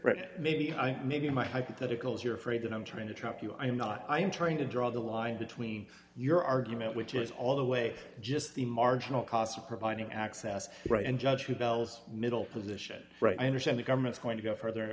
clear maybe i'm maybe my hypotheticals you're afraid that i'm trying to trap you i'm not i'm trying to draw the line between your argument which is all the way just the marginal cost of providing access right and judge for bell's middle position right i understand the government's going to go further